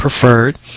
preferred